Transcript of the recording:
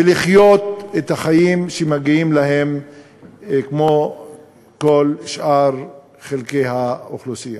ולחיות את החיים שמגיעים להם כמו כל שאר חלקי האוכלוסייה.